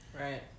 Right